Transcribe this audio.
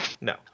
no